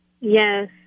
Yes